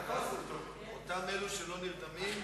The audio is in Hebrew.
אותם אלה שלא נרדמים,